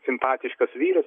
simpatiškas vyras